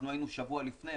אנחנו היינו שבוע לפני,